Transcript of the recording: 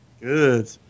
Good